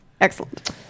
Excellent